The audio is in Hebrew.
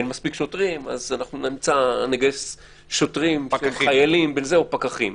אין מספיק שוטרים אז אנחנו נגייס שוטרים שהם חיילים או פקחים.